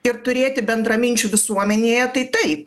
ir turėti bendraminčių visuomenėje tai taip